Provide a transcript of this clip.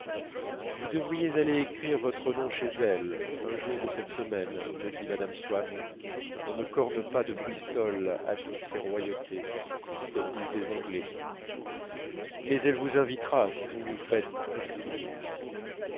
vous devriez aller écrire votre nom chez elle un jour de cette semaine me dit mme swann on ne corne pas de bristol à toutes ces royalties comme disent les anglais mais elle vous invitera si vous vous faites inscrire